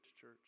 church